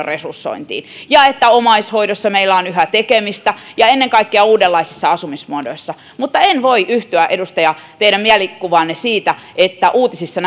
resursointiin ja että meillä on yhä tekemistä omaishoidossa ja ennen kaikkea uudenlaisissa asumismuodoissa mutta en voi yhtyä edustaja teidän mielikuvaanne siitä että uutisissa